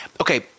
okay